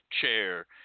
chair